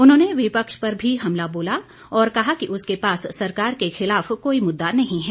उन्होंने विपक्ष पर भी हमला बोला और कहा कि उसके पास सरकार के खिलाफ कोई मुद्दा नहीं है